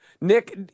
Nick